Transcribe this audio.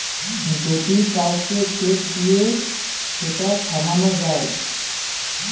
যদি কাউকে চেক দিয়ে সেটা থামানো যায়